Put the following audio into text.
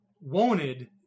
wanted